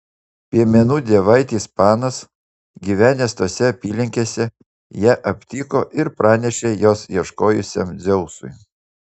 piemenų dievaitis panas gyvenęs tose apylinkėse ją aptiko ir pranešė jos ieškojusiam dzeusui